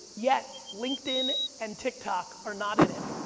yet, linkedin, and tik tok are not in it.